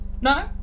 no